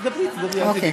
אז למה לא דיברתם בהצבעה?